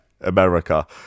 America